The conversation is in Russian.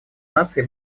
наций